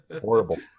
Horrible